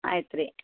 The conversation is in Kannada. ಆಯ್ತು ರೀ